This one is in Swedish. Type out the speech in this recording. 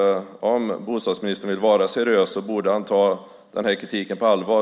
Om bostadsministern vill vara seriös borde han ta den här kritiken på allvar.